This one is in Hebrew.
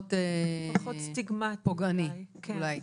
פחות פוגעני אולי.